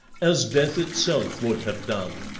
as death itself would have done.